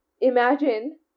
Imagine